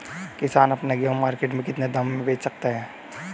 किसान अपना गेहूँ मार्केट में कितने दाम में बेच सकता है?